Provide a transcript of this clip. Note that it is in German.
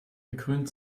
gekrönt